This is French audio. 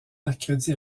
mercredi